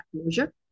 closure